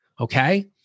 Okay